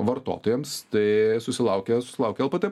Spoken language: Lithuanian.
vartotojams tai susilaukia susilaukia lpt